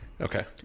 okay